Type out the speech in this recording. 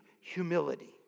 humility